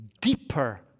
deeper